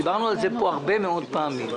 דיברנו על זה הרבה מאוד פעמים.